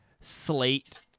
slate